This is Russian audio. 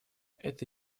это